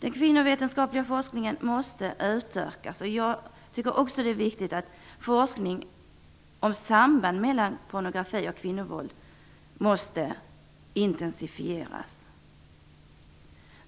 Den kvinnovetenskapliga forskningen måste utökas. Jag tycker också det är viktigt att forskningen om sambandet mellan pornografi och kvinnovåld måste intensifieras.